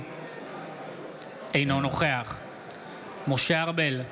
אינו נוכח משה ארבל,